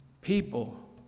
People